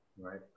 Right